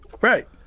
Right